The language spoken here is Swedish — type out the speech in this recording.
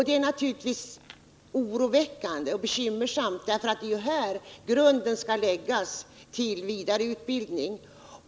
Det är naturligtvis oroväckande och bekymmersamt, för det är ju här grunden skall läggas för vidare utbildning.